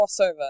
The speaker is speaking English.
crossover